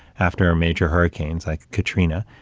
after major hurricanes like katrina,